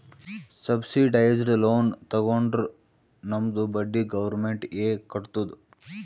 subsidised loan ತಗೊಂಡುರ್ ನಮ್ದು ಬಡ್ಡಿ ಗೌರ್ಮೆಂಟ್ ಎ ಕಟ್ಟತ್ತುದ್